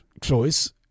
choice